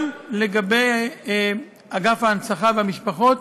גם לגבי אגף ההנצחה והמשפחות